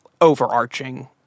overarching